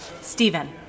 Stephen